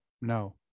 No